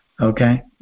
okay